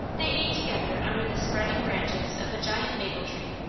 they ate together under the spreading branches of a giant maple tree,